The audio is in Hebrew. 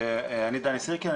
אני דני סירקין,